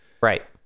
right